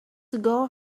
ago